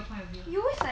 you always like that [one]